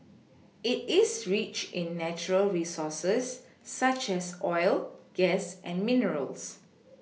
it is rich in natural resources such as oil gas and minerals